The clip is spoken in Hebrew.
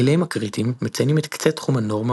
הגילאים הקריטיים מציינים את קצה תחום הנורמה